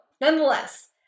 nonetheless